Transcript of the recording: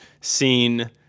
seen